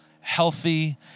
healthy